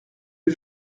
eut